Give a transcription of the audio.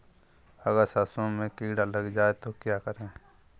अगर सरसों में कीड़ा लग जाए तो क्या करें?